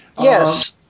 Yes